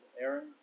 Aaron